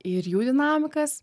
ir jų dinamikas